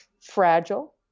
fragile